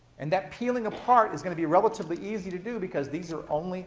and that peeling apart is going to be relatively easy to do because these are only